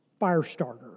Firestarter